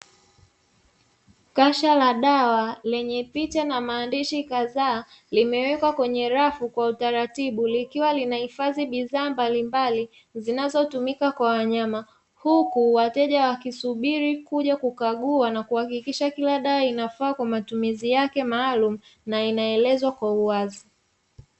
Kasha la dawa lenye picha na maandishi kadhaa limewekwa kwenye rafu kwa utaratibu, likiwa likiwa linahifadhi bidhaa mbalimbali zinazotumika kwa wanyama, huku wateja wakisubiri kuja kukagua na kuhakikisha dawa inafaa kwa matumizi yake maalumu na inaelezwa kwa uwazi.